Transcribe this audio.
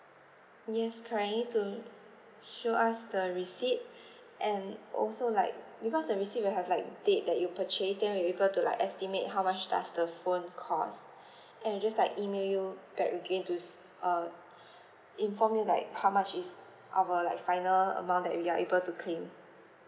yes try to show us the receipt and also like because like may still you have like date that you purchase then we're able to like estimate how much does the phone cost and we just like email you back again to s~ uh inform you like how much is our like final amount that we are able to claim